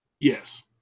yes